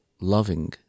loving